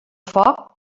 foc